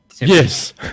Yes